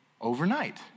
overnight